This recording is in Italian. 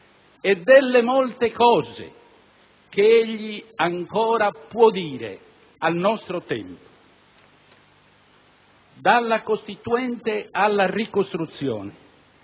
e delle molte cose che egli ancora può dire al nostro tempo. Dalla Costituente alla ricostruzione,